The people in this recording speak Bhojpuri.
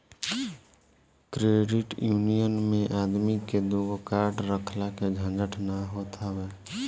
क्रेडिट यूनियन मे आदमी के दूगो कार्ड रखला के झंझट ना होत हवे